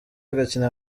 agakina